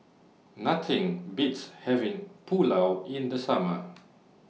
Nothing Beats having Pulao in The Summer